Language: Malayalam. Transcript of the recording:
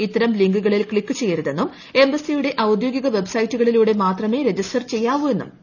ഇത്തരം ലിങ്കുകളിൽ ക്സിക്ക് ചെയ്യരുതെന്നും എംബസിയുടെ ഔദ്യോഗിക വെബ്സൈറ്റുകളിലൂടെ മാത്രമേ രജിസ്റ്റർ ചെയ്യാവൂ എന്നും പി